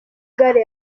gare